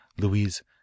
Louise